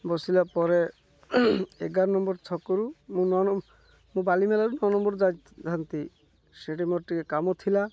ବସିଲା ପରେ ଏଗାର ନମ୍ବର୍ ଛକରୁ ମୁଁ ମୁଁ ବାଲିମେଳାରୁ ନଅ ନମ୍ବର୍ ଯାଇଥାନ୍ତି ସେଇଠି ମୋର ଟିକେ କାମ ଥିଲା